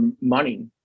money